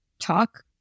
talk